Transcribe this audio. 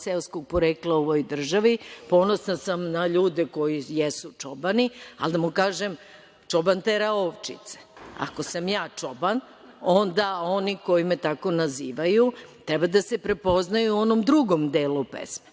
seoskog porekla u ovoj državi, ponosna sam na ljude koji jesu čobani, ali i da mu kažem – čoban tera ovčice. Ako sam ja čoban, onda oni koji me tako nazivaju treba da se prepoznaju u onom drugom delu pesmu.